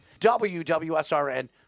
WWSRN